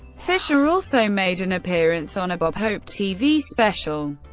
fischer also made an appearance on a bob hope tv special.